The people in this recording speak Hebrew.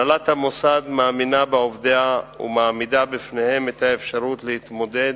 הנהלת המוסד מאמינה בעובדיה ומעמידה בפניהם את האפשרות להתמודד